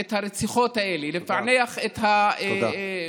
את הרציחות האלה, לפענח, תודה.